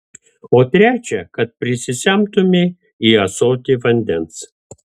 o trečią kad prisisemtumei į ąsotį vandens